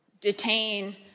detain